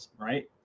right